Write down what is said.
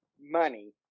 money